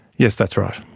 yes, that's right.